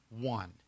one